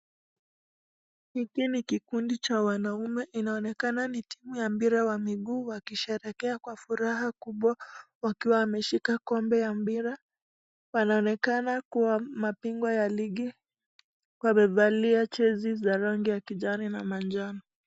Hiki ni kikundi cha wanaume ,inaonekana ni timu ya mpira wa miguu wakisherekea kwa furaha kubwa wakiwa wameshika kombe ya mpira ,wanaonekana kuwa mabingwa ya ligi wamevalia jezi za rangi ya kijani na majano.